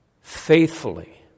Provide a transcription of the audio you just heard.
faithfully